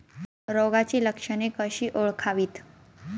रोगाची लक्षणे कशी ओळखावीत?